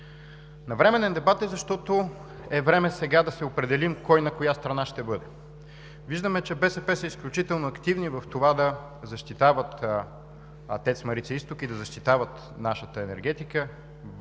Навременен дебат е, защото е време сега да се определим кой на коя страна ще бъде. Виждаме, че БСП са изключително активни в това да защитават ТЕЦ „Марица изток“ и да защитават нашата енергетика